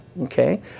Okay